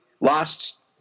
lost